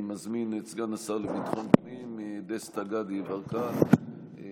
אני מזמין את סגן השר לביטחון פנים דסטה גדי יברקן להשיב.